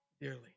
dearly